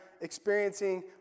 experiencing